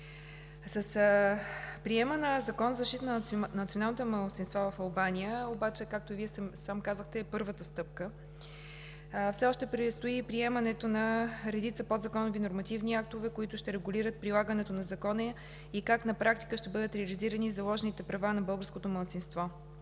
Приемът на Закон за защита на националните малцинства в Албания обаче, както Вие сам казахте, е първата стъпка. Все още предстои и приемането на редица подзаконови нормативни актове, които ще регулират прилагането на Закона, и как на практика ще бъдат реализирани заложените права на българското малцинство.